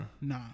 Nah